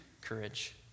courage